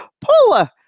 Paula